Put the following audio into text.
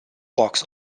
box